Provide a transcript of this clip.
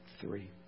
three